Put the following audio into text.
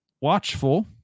watchful